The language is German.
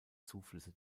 zuflüsse